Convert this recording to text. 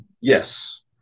Yes